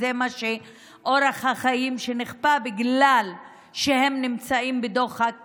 וזה אורח החיים שנכפה עליהם בגלל שהם נמצאים בדוחק כספי.